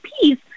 peace